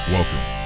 Welcome